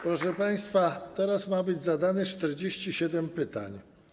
Proszę państwa, teraz ma być zadanych 47 pytań.